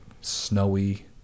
snowy